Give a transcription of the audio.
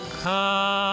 come